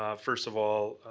um first of all,